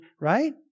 right